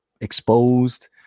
Exposed